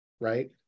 right